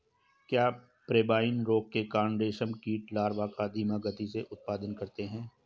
क्या पेब्राइन रोग के कारण रेशम कीट लार्वा का धीमी गति से उत्पादन करते हैं?